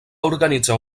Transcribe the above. organitzar